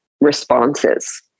responses